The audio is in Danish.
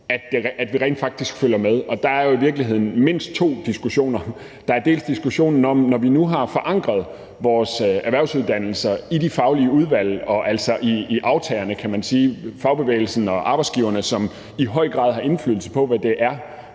at vi rent faktisk følger med. Der er jo i virkeligheden mindst to diskussioner. Der er diskussionen om, at når vi nu har forankret vores erhvervsuddannelser i de faglige udvalg og altså i aftagerne, fagbevægelsen og arbejdsgiverne, som i høj grad har indflydelse på, hvad det er,